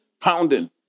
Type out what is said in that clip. pounding